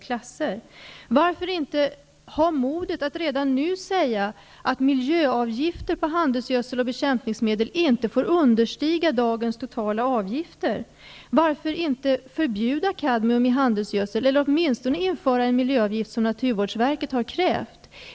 Varför kan man inte visa modet och redan nu säga att miljöavgifter på handelsgödsel och bekämpningsmedel inte får understiga dagens totala avgifter? Varför kan man inte förbjuda kadmium i handelsgödsel, eller åtminstone införa en miljöavgift som naturvårdsverket har krävt?